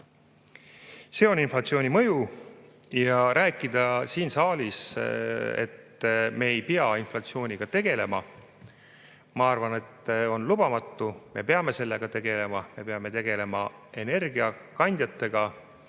See on inflatsiooni mõju. Ja rääkida siin saalis, et me ei pea inflatsiooniga tegelema, on minu arvates lubamatu. Me peame sellega tegelema. Me peame tegelema energiakandjatega